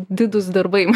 didūs darbai